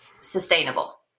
sustainable